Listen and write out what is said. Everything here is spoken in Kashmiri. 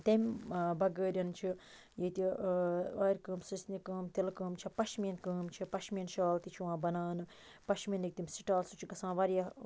تَمہِ بَغٲر چھ ییٚتہِ آرِ کٲم سٕژنہِ کٲم تِلہٕ کٲم چھِ پَشمیٖن کٲم چھِ پَشمیٖن شال تہِ چھ یِوان بَناونہٕ پَشمیٖنٕکۍ تِم سٹال سُہ چھُ گَژھان واریاہ